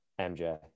MJ